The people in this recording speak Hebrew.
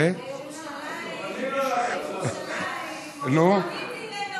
וירושלים תמיד תהיה ירושלים,